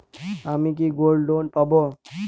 আমি কি gold loan পাবো?